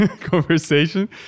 conversation